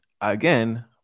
again